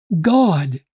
God